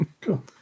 Cool